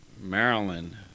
Maryland